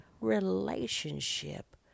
relationship